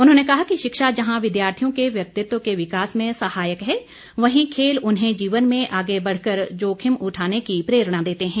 उन्होंने कहा कि शिक्षा जहां विद्यार्थियों के व्यक्तित्व के विकास में सहायक है वहीं खेल उन्हें जीवन में आगे बढ़कर जोखिम उठाने की प्रेरणा देते हैं